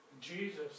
Jesus